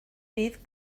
bydd